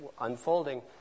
unfolding